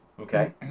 Okay